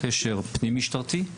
קשר פנים-משטרתי,